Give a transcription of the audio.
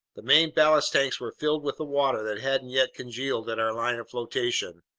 the main ballast tanks were filled with the water that hadn't yet congealed at our line of flotation.